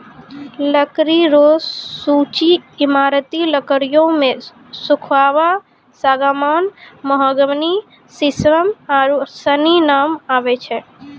लकड़ी रो सूची ईमारती लकड़ियो मे सखूआ, सागमान, मोहगनी, सिसम आरू सनी नाम आबै छै